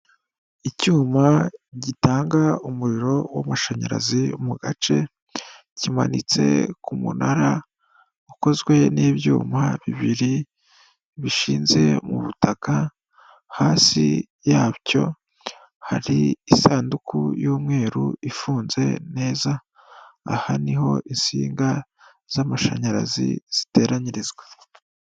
Icyuma gitanga umuriro w'amashanyarazi mu gace, kimanitse ku munara ukozwe n'ibyuma bibiri bishinze mu butaka, hasi yacyo hari isanduku y'umweru ifunze neza, aha niho insinga z'amashanyarazi ziteranyirizwa.